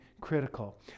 critical